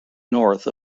north